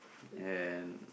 and